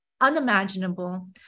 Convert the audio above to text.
unimaginable